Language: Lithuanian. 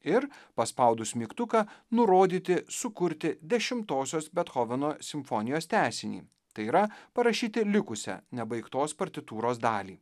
ir paspaudus mygtuką nurodyti sukurti dešimtosios bethoveno simfonijos tęsinį tai yra parašyti likusią nebaigtos partitūros dalį